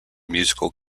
musical